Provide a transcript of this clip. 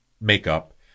makeup